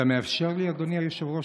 אתה מאפשר לי, אדוני היושב-ראש?